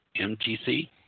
MTC